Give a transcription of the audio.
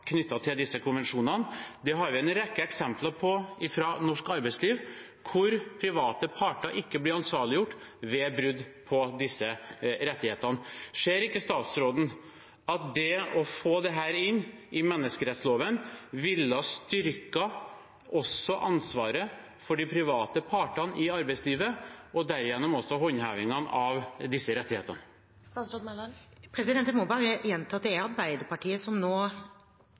til disse konvensjonene. Vi har en rekke eksempler på fra norsk arbeidsliv at private parter ikke blir ansvarliggjort ved brudd på disse rettighetene. Ser ikke statsråden at det å få dette inn i menneskerettsloven ville ha styrket også ansvaret for de private partene i arbeidslivet, og derigjennom også håndhevingen av disse rettighetene? Jeg må bare gjenta at det er Arbeiderpartiet som nå